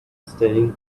standing